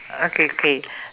okay K